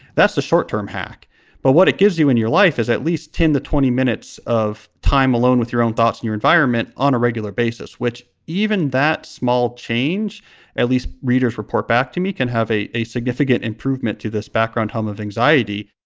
that's a short term hack but what it gives you in your life is at least ten to twenty minutes of time alone with your own thoughts and your environment on a regular basis which even that small change at least readers report back to me can have a a significant improvement to this background hum of anxiety